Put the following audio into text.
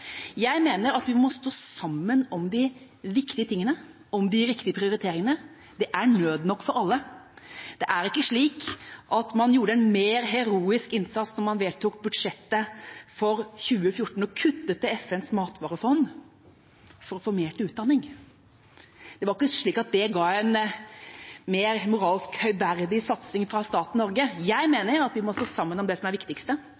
stå sammen om de viktige tingene, om de riktige prioriteringene. Det er nød nok for alle. Det er ikke slik at man gjorde en mer heroisk innsats da man vedtok budsjettet for 2014 og kuttet i FNs matvarefond for å få mer til utdanning. Det var ikke slik at det ga en mer moralsk høyverdig satsing fra staten Norge. Jeg mener at vi må stå sammen om det som er det viktigste.